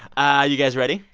ah you guys ready?